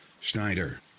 Schneider